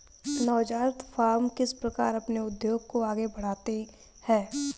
नवजात फ़र्में किस प्रकार अपने उद्योग को आगे बढ़ाती हैं?